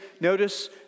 Notice